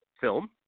film